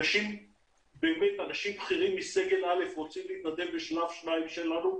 אנשים בכירים מסגל א' רוצים להתנדב לשלב 2 שלנו.